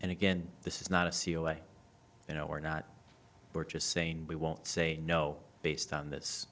and again this is not a cia you know we're not we're just saying we won't say no based on this